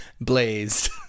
blazed